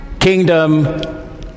kingdom